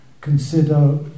consider